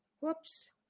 Whoops